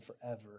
forever